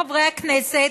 חברי הכנסת,